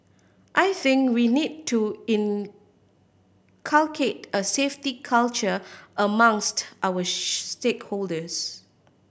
I think we need to inculcate a safety culture amongst our stakeholders